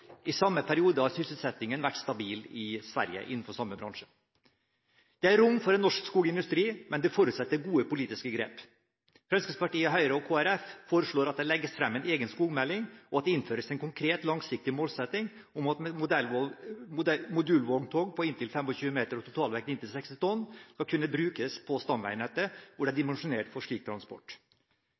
I samme periode har sysselsettingen – innenfor samme bransje – vært stabil i Sverige. Det er rom for en norsk skogindustri, men det forutsetter gode politiske grep. Fremskrittspartiet, Høyre og Kristelig Folkeparti foreslår at det legges frem en egen skogmelding, og at det innføres en konkret, langsiktig målsetting om at modulvogntog på inntil 25 meter og totalvekt inntil 60 tonn skal kunne brukes på stamveinettet hvor det er dimensjonert for slik transport.